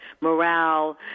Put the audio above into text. morale